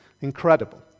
incredible